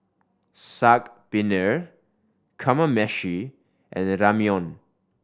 Saag Paneer Kamameshi and Ramyeon